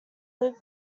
live